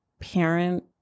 parent